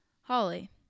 Holly